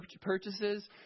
purchases